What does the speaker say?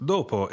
Dopo